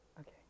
okay